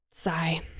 Sigh